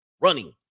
running